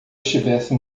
estivesse